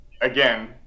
Again